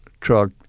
truck